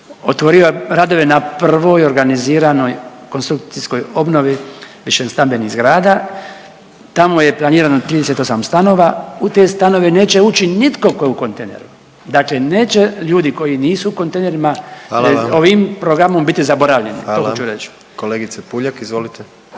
otvorio radove na prvoj organiziranoj konstrukcijskoj obnovi višestambenih zgrada, tamo je planirano 38 stanova, u te stanove neće ući nitko tko je u kontejneru. Dakle neće ljudi koji nisu u kontejnerima, .../Upadica: Hvala vam./... ovim programom biti zaboravljeni. To hoću reći. **Jandroković,